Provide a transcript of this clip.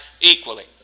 equally